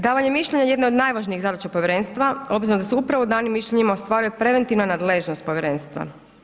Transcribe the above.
Davanje mišljenja je jedna od najvažnijih zadaća povjerenstva obzirom da se upravo danim mišljenjima ostvaruje preventivna nadležnost povjerenstva.